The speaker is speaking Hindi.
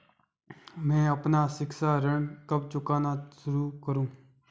मैं अपना शिक्षा ऋण कब चुकाना शुरू करूँ?